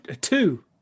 Two